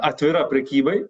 atvira prekybai